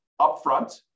upfront